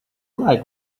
like